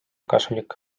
kasulik